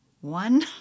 One